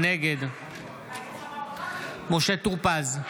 נגד משה טור פז,